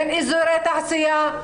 אין אזורי תעשייה.